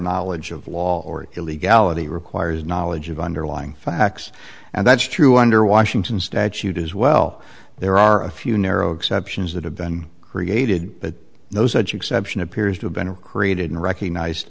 knowledge of law or illegality requires knowledge of underlying facts and that's true under washington statute as well there are a few narrow exceptions that have been created but those edge exception appears to have been created and recognized